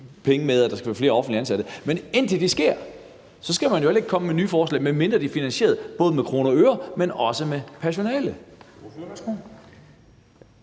penge med, og at der skal være flere offentligt ansatte. Men indtil det sker, skal man jo heller ikke komme med nye forslag, medmindre de er finansieret, både med kroner og øre, men også i forhold